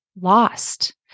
lost